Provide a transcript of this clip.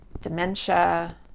dementia